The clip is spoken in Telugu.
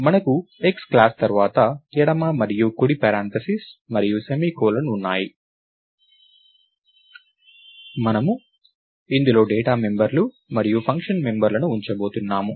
మనకు X క్లాస్ తర్వాత ఎడమ మరియు కుడి పరాంతసిస్ మరియు సెమికోలన్ ఉన్నాయి మరియు మనము ఇందులో డేటా మెంబర్లు మరియు ఫంక్షన్ మెంబర్లను ఉంచబోతున్నాము